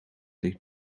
ligt